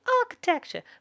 architecture